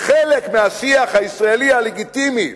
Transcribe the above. חלק מהשיח הישראלי הלגיטימי,